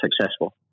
successful